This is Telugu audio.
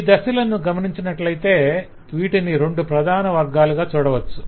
ఈ దశాలను గమనించినట్లైతే వీటిని రెండు ప్రధాన వర్గాలుగా చూడవచ్చు